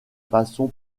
façon